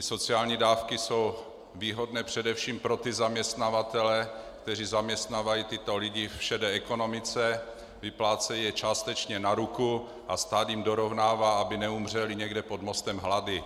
Sociální dávky jsou výhodné především pro ty zaměstnavatele, kteří zaměstnávají tyto lidi v šedé ekonomice, vyplácejí je částečně na ruku a stát jim dorovnává, aby neumřeli někde pod mostem hlady.